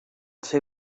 ser